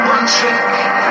One-trick